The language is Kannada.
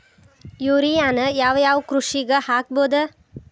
ಯೂರಿಯಾನ ಯಾವ್ ಯಾವ್ ಕೃಷಿಗ ಹಾಕ್ಬೋದ?